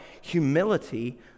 humility